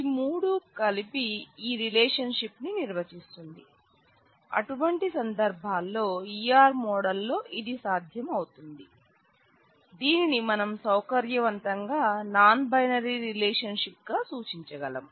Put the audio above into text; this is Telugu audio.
ఈ మూడు కూడా కలిపి ఈ రిలేషన్షిప్నీ నిర్వచిస్తుంది అటువంటి సందర్భాల్లో E R మోడల్ లో ఇది సాధ్యం అవుతుంది దీనిని మనం సౌకర్యవంతంగా నాన్ బైనరీ రిలేషన్ షిప్ గా సూచించగలం